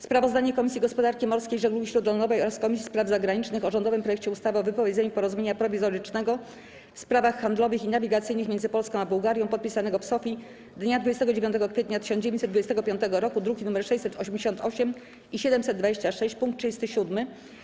Sprawozdanie Komisji Gospodarki Morskiej i Żeglugi Śródlądowej oraz Komisji Spraw Zagranicznych o rządowym projekcie ustawy o wypowiedzeniu Porozumienia Prowizorycznego w sprawach handlowych i nawigacyjnych między Polską a Bułgarją, podpisanego w Sofji dnia 29 kwietnia 1925 roku (druki nr 688 i 726) - punkt 37.